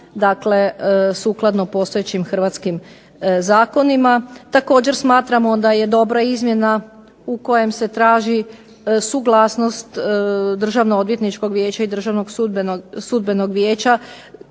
sukladno postojećim hrvatskim zakonima. Također smatramo da je dobra izmjena u kojoj se traži suglasnost Državno odvjetničkog vijeća i Državno sudbenog vijeća